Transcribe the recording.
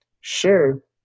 Sure